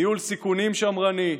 ניהול סיכונים שמרני.